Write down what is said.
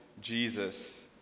Jesus